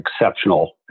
exceptional